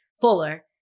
Fuller